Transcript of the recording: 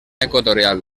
equatorial